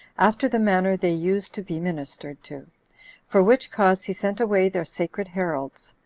after the manner they used to be ministered to for which cause he sent away their sacred heralds,